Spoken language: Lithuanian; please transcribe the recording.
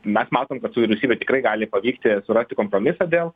mes matom kad su vyriausybe tikrai gali pavykti surasti kompromisą dėl